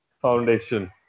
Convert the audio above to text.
Foundation